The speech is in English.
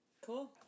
Cool